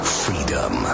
freedom